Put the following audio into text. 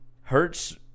Hertz